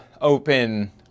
open